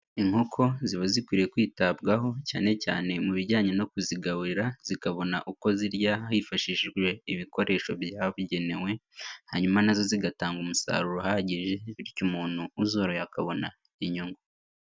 Inkoko ziba zikwiye kwitabwaho cyane cyane mu bijyanye no kuzigaburira, zikabona uko zirya hifashishijwe ibikoresho byabugenewe, hanyuma na zo zigatanga umusaruro uhagije, bityo umuntu uzoroye akabona inyungu.